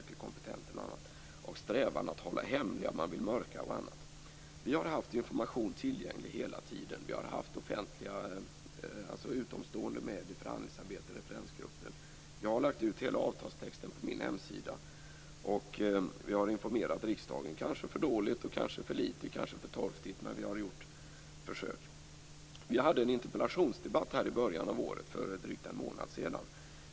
och å andra sidan en strävan att hålla hemligt, mörka osv. Vi har hela tiden haft information tillgänglig. Vi har haft utomstående med i förhandlingsarbetet och i referensgruppen. Jag har lagt ut hela avtalstexten på min hemsida. Vi har kanske informerat riksdagen för dåligt, för litet och för torftigt, men vi har gjort försök. Vi hade här en interpellationsdebatt för drygt en månad sedan.